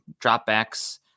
dropbacks